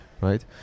right